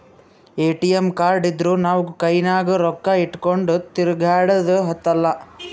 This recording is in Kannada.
ಎ.ಟಿ.ಎಮ್ ಕಾರ್ಡ್ ಇದ್ದೂರ್ ನಾವು ಕೈನಾಗ್ ರೊಕ್ಕಾ ಇಟ್ಗೊಂಡ್ ತಿರ್ಗ್ಯಾಡದ್ ಹತ್ತಲಾ